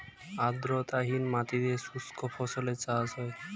আর্দ্রতাহীন মাটিতে শুষ্ক ফসলের চাষ হয়